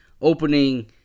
opening